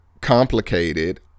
complicated